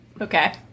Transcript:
Okay